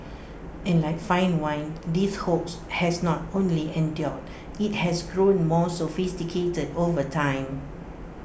and like fine wine this hoax has not only endured IT has grown more sophisticated over time